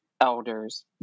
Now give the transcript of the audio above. elders